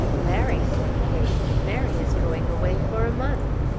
larry, said kate, mary is going away for a month.